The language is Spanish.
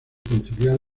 conciliar